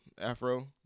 afro